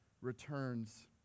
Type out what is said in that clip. returns